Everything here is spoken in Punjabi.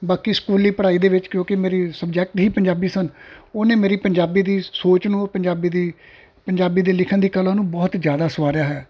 ਬਾਕੀ ਸਕੂਲੀ ਪੜ੍ਹਾਈ ਦੇ ਵਿੱਚ ਕਿਉਂਕਿ ਮੇਰੀ ਸਬਜੈਕਟ ਹੀ ਪੰਜਾਬੀ ਸਨ ਉਹਨੇ ਮੇਰੀ ਪੰਜਾਬੀ ਦੀ ਸੋਚ ਨੂੰ ਪੰਜਾਬੀ ਦੀ ਪੰਜਾਬੀ ਦੀ ਲਿਖਣ ਦੀ ਕਲਾ ਨੂੰ ਬਹੁਤ ਜ਼ਿਆਦਾ ਸਵਾਰਿਆ ਹੈ